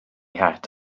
het